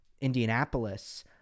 Indianapolis